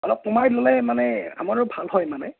অলপ কমাই ল'লে মানে আমাৰো ভাল হয় মানে